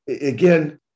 again